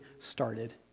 started